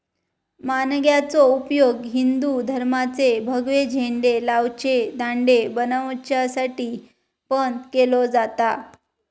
माणग्याचो उपयोग हिंदू धर्माचे भगवे झेंडे लावचे दांडे बनवच्यासाठी पण केलो जाता